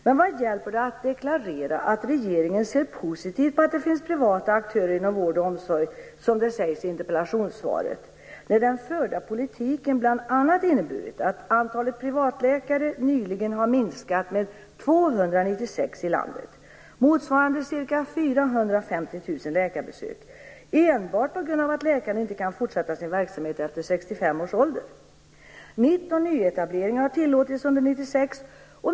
Men vad hjälper det att deklarera att regeringen ser positivt på att det finns privata aktörer inom vård och omsorg, som det sägs i interpellationssvaret, när den förda politiken bl.a. inneburit att antalet privatläkare nyligen har minskat med 296 i landet, motsvarande ca 450 000 läkarbesök, enbart på grund av att läkare inte kan fortsätta sin verksamhet efter 65 års ålder. 19 nyetableringar har tillåtits under 1996.